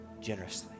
generously